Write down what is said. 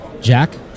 Jack